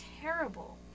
terrible